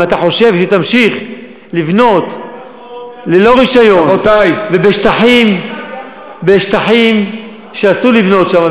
אם אתה חושב שתמשיך לבנות ללא רישיון ובשטחים שאסור לבנות שם,